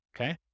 Okay